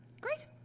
Great